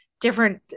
different